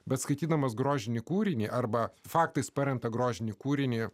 bet skaitydamas grožinį kūrinį arba faktais paremtą grožinį kūrinį